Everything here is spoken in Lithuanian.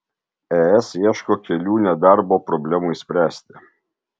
es ieško kelių nedarbo problemai spręsti